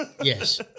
Yes